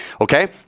okay